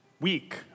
week